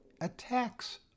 attacks